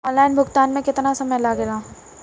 Online भुगतान में केतना समय लागेला?